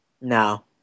No